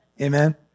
Amen